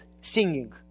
singing